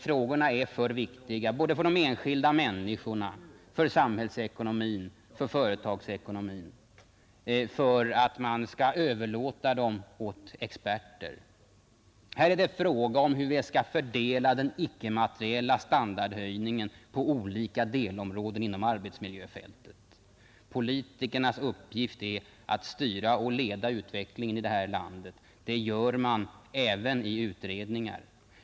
Frågorna är för viktiga — både för de enskilda människorna, för samhällsekonomin och för företagsekonomin — för att man skall överlåta dem åt experter. Här är det fråga om hur vi skall fördela den icke-materiella standardhöjningen på olika delområden inom arbetsmiljöfältet. Politikernas uppgift är att styra och leda utvecklingen i det här landet. Det gör man även i utredningar.